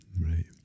Right